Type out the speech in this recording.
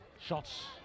shots